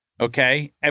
Okay